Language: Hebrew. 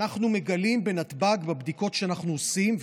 אנחנו מגלים בנתב"ג בבדיקות שאנחנו עושים,